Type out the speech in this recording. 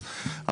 יש לך תקציב,